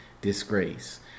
disgrace